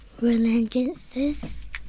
religions